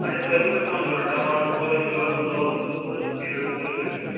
اَچھا تۄہہِ کوٗتاہ چھُو وۅنۍ ضروٗرت ٹماٹر کوتاہ چھُ ضروٗرت لٲر کوٗتاہ تہٕ بیٖنٕز کوٗتاہ چھُو تۄہہِ ضروٗرت